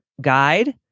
guide